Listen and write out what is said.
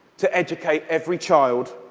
to educate every child